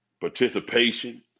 participation